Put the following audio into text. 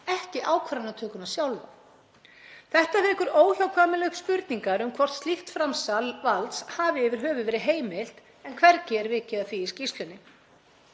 ekki ákvarðanatökuna sjálfa. Þetta vekur óhjákvæmilega upp spurningar um hvort slíkt framsal valds hafi yfir höfuð verið heimilt en hvergi er vikið að því í skýrslunni.